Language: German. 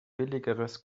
billigeres